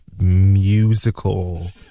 musical